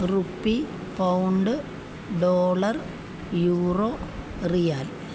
rupee pound dollar euro riyal